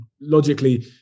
logically